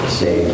say